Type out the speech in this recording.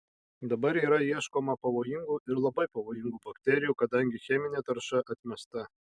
dabar yra ieškoma pavojingų ir labai pavojingų bakterijų kadangi cheminė tarša atmesta